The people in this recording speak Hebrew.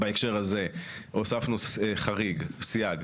בהקשר הזה הוספנו חריג, סייג,